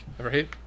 Right